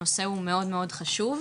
הנושא הוא מאוד מאוד חשוב,